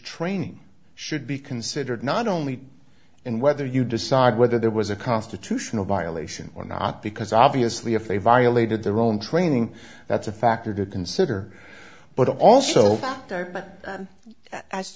training should be considered not only in whether you decide whether there was a constitutional violation or not because obviously if they violated their own training that's a factor to consider but also a